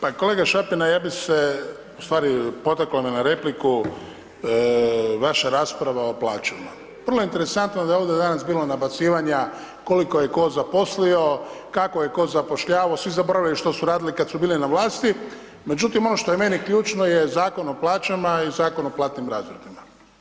Pa kolega Šapina ja bi se u stvari potaklo me na repliku vaša rasprava o plaćama, vrlo je interesantno da je ovdje danas bilo nabacivanja koliko je ko zaposlio, kako je ko zapošljavao, svi su zaboravili što su radili kad su bili na vlasti, međutim ono što je meni ključno je Zakon o plaćama i Zakon o platnim razredima.